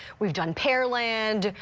we've done pearland.